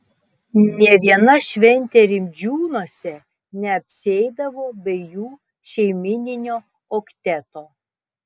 nė viena šventė rimdžiūnuose neapsieidavo be jų šeimyninio okteto